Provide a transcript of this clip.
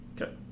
Okay